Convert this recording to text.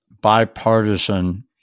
bipartisan